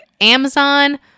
Amazon